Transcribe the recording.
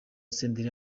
senderi